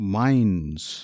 minds